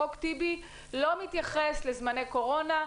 "חוק טיבי" לא מתייחס לזמני קורונה,